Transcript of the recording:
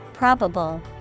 Probable